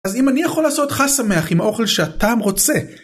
אז אם אני יכול לעשות לך שמח עם האוכל שאתה רוצה